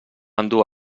endur